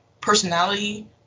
personality